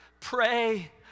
Pray